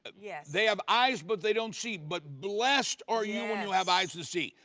yeah they have eyes but they don't see but blessed are you when you have eyes to see.